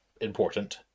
important